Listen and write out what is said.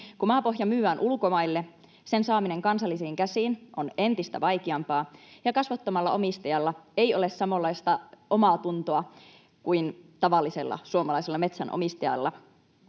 Kun maapohja myydään ulkomaille, sen saaminen kansallisiin käsiin on entistä vaikeampaa, ja kasvottomalla omistajalla ei ole samanlaista omaatuntoa kuin tavallisella suomalaisella metsänomistajalla.